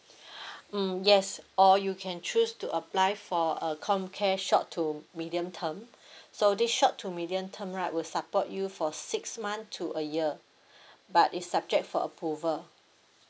mm yes or you can choose to apply for a COMCARE short to medium term so this short to medium term right will support you for six months to a year but is subject for approval